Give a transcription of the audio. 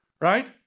right